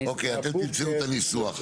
אוקיי, אתם תמצאו את הניסוח.